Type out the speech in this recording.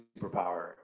superpower